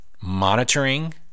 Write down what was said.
monitoring